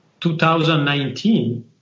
2019